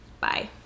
bye